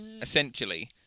essentially